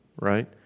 right